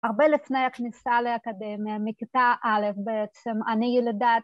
הרבה לפני הכניסה לאקדמיה, מכיתה א' בעצם, אני ילידת